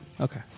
Okay